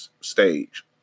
stage